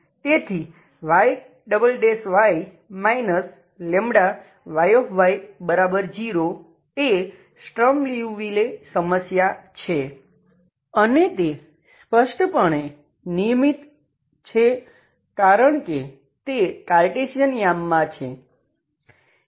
તેથી Yy λYy0 એ Sturm Liouville માં છે